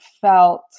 felt